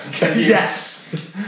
Yes